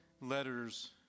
letters